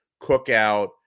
cookout